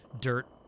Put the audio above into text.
dirt